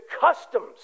customs